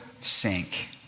sink